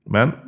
Men